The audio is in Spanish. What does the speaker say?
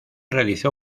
realizó